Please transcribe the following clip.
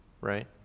right